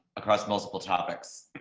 across multiple topics.